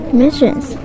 missions